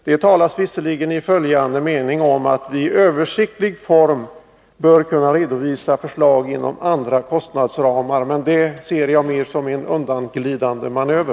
Det talas visserligen i följande mening om att vi i översiktlig form bör kunna redovisa förslag inom andra kostnadsramar, men det ser jag mer som en undanglidande manöver.